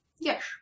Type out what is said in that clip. Yes